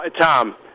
Tom